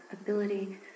ability